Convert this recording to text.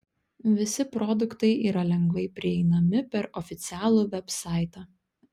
visi produktai yra lengvai prieinami per oficialų vebsaitą